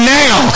now